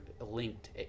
linked